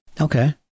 Okay